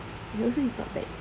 he also not bad